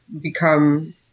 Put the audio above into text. become